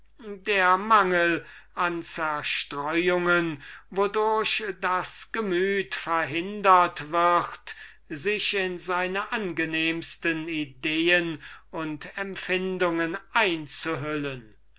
der mangel an zerstreuungen wodurch die seele verhindert wird sich in die sphäre ihrer angenehmsten ideen und empfindungen